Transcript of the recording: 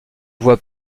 voix